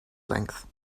length